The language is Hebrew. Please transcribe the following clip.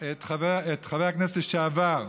את חבר כנסת לשעבר,